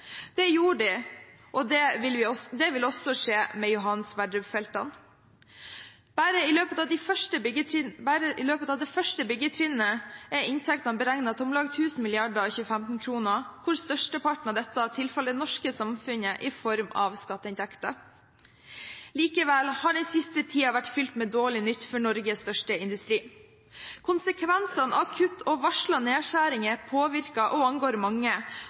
Det gjorde de, og det vil også skje med Johan Sverdrup-feltet. Bare i løpet av det første byggetrinnet er inntektene beregnet til om lag 1 000 mrd. 2015-kroner, og størsteparten av dette tilfaller det norske samfunnet i form av skatteinntekter. Likevel har den siste tiden vært fylt med dårlig nytt for Norges største industri. Konsekvensene av kutt og varslede nedskjæringer påvirker og angår mange,